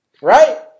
Right